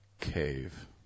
Cave